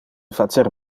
facer